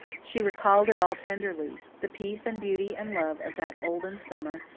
she recalled it all tenderly the peace and beauty and love of that olden summer,